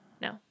No